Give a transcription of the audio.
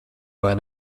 vai